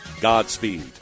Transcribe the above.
Godspeed